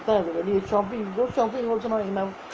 வெளியே:veliyae shopping go shopping also not enough